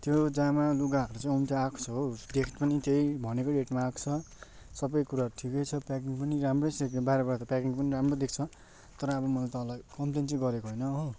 त्यो जामा लुगाहरू चाहिँ आउनु चाहिँ आएको छ हो रेट पनि त्यही भनेकै रेटमा आएको छ सबै कुरा ठिकै छ प्याकिङ पनि राम्रै छ बाहिरबाट त प्याकिङ पनि राम्रो देख्छ तर अब मैले तपाईँलाई कम्पेलन चाहिँ गरेको होइन हो